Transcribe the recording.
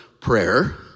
prayer